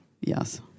yes